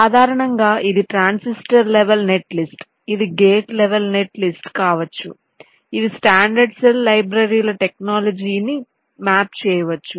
సాధారణంగా ఇది transistor level netlist ఇది గెట్ లెవల్ నెట్లిస్ట్ కావచ్చు ఇవి స్టాండర్డ్ సెల్ లైబ్రరీలకు టెక్నాలజీను మ్యాప్ చేయవచ్చు